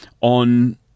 on